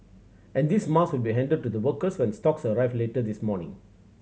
and these mask will be handed to the workers when stocks arrive later this morning